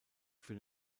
für